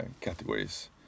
categories